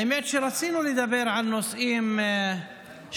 האמת היא שרצינו לדבר על נושאים שקשורים